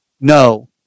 No